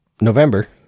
November